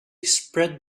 spread